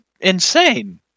insane